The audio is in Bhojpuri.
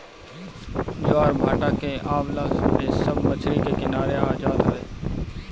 ज्वारभाटा के अवला पे सब मछरी के किनारे आ जात हवे